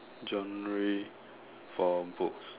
genre for books